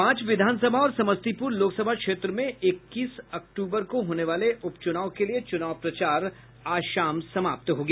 पांच विधानसभा और समस्तीपुर लोकसभा क्षेत्र में इक्कीस अक्टूबर को होने वाले उपचुनाव के लिए चुनाव प्रचार आज शाम समाप्त हो गया